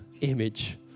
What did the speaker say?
image